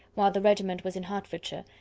while the regiment was in hertfordshire,